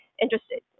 interested